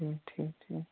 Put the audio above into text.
ٹھیٖک ٹھیٖک ٹھیٖک